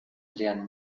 leeren